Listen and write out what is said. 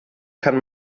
kann